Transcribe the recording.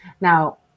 Now